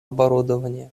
оборудования